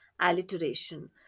alliteration